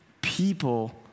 people